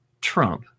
Trump